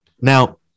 Now